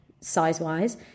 size-wise